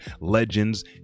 Legends